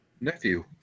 Nephew